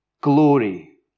glory